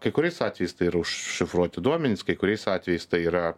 kai kuriais atvejais tai yra užšifruoti duomenys kai kuriais atvejais tai yra